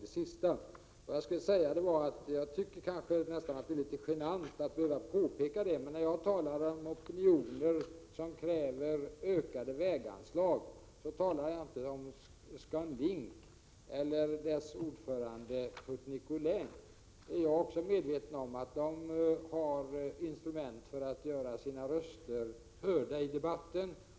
Det är nästan litet genant att behöva påpeka det, men när jag talar om opinioner som kräver ökade väganslag talar jag inte om ScanLink eller dess ordförande Curt Nicolin. Jag är också medveten om att de har instrument för att göra sina röster hörda i debatten.